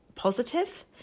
positive